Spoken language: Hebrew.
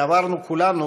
ועברנו כולנו,